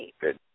good